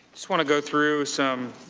just want to go through some